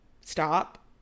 stop